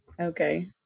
Okay